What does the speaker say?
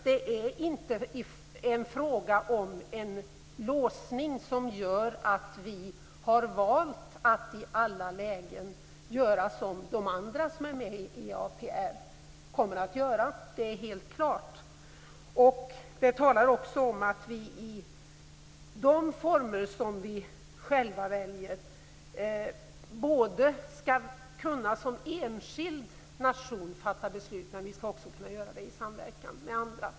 Det är inte fråga om en låsning som gör att vi har valt att i alla lägen göra som de andra som är med i EAPR kommer att göra. Det är helt klart. Beskrivningen talar också om att vi i de former vi själva väljer som enskild nation skall kunna fatta beslut, men vi skall också kunna göra det i samverkan med andra.